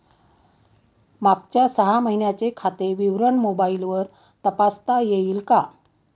मागच्या सहा महिन्यांचे खाते विवरण मोबाइलवर तपासता येईल का?